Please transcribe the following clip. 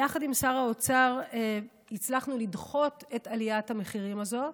יחד עם שר האוצר הצלחנו לדחות את עליית המחירים הזאת.